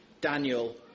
Daniel